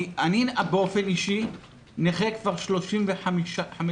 אני נכה כבר 35 שנים.